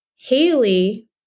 Haley